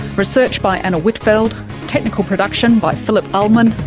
research by anna whitfeld technical production by phillip ulman.